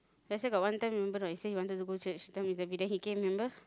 that's why got one time not you say you want go church then he can't remember